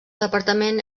departament